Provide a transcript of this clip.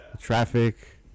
traffic